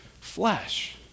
flesh